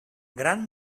gran